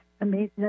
amazing